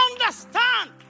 understand